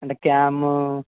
అంటే క్యాము